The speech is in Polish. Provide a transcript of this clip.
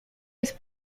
jest